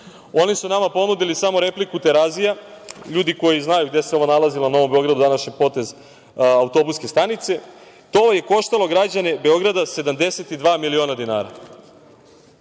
Oni su nama ponudili samo repliku Terazija. Ljudi koji znaju gde se ovo nalazilo na Novom Beogradu, današnji potez autobuske stanice. To je koštalo građane Beograda 72 miliona dinara.